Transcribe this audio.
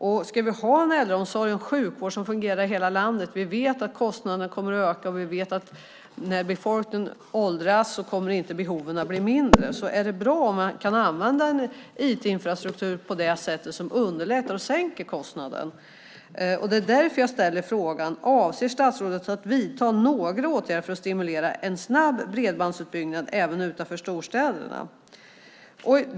Om vi ska ha en äldreomsorg och en sjukvård som fungerar i hela landet - vi vet att kostnaderna kommer att öka och att behoven med en åldrande befolkning inte kommer att bli mindre - är det bra om IT-infrastrukturen kan användas på ett sådant sätt att det hela underlättas och kostnaden sänks. Därför ställer jag frågan: Avser statsrådet att vidta några åtgärder för att stimulera en snabb bredbandsutbyggnad även utanför storstäderna?